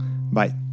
Bye